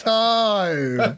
time